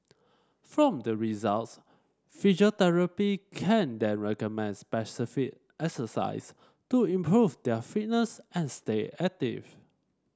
from the results physiotherapy can then recommend specific exercises to improve their fitness and stay active